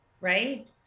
right